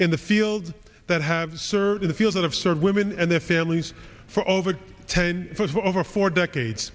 in the field that have served in the field that have served women and their families for over ten foot over four decades